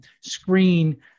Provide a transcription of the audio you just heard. screen